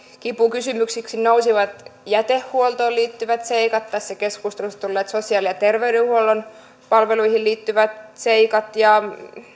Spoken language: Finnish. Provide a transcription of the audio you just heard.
kipukysymyksiksi nousivat jätehuoltoon liittyvät seikat ja tässä keskustelussa tulleet sosiaali ja terveydenhuollon palveluihin liittyvät seikat ja